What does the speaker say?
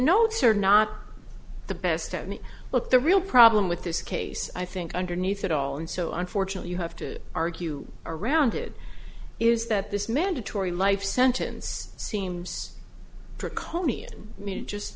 notes are not the best i mean look the real problem with this case i think underneath it all and so unfortunately you have to argue around it is that this mandatory life sentence seems